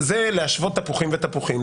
זה השוואת תפוחים בתפוחים,